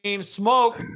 smoke